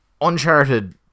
Uncharted